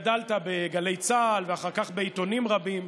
אתה גם גדלת בגלי צה"ל ואחר כך בעיתונים רבים.